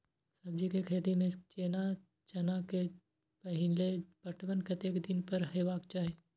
सब्जी के खेती में जेना चना के पहिले पटवन कतेक दिन पर हेबाक चाही?